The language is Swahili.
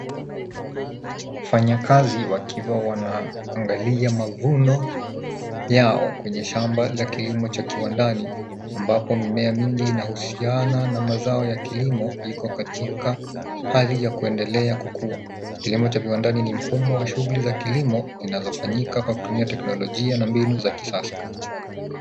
Wafanyakazi wakiwa wanaangalia mavuno yao kwenye shamba la kilimo cha kiwandani ambapo mimea mingi inahusiana na mazao ya kilimo iko katika hali ya kuendelea kukua. Kilimo cha viwandani ni mfumo wa shughuli za kilimo zinachofanyika kwa kutumia teknolojia na mbinu za kisasa.